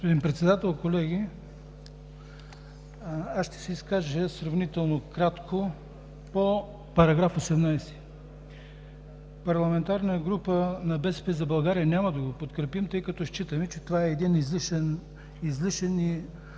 Господин Председател, колеги, аз ще се изкажа сравнително кратко по § 18. Парламентарна група на „БСП за България“ няма да го подкрепим, тъй като считаме, че това е един излишен